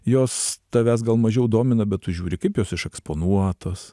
jos tavęs gal mažiau domina bet tu žiūri kaip jos iš eksponuotos